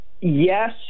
yes